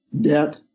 debt